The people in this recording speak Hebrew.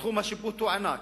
תחום השיפוט הוא ענק,